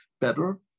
better